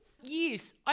Yes